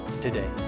today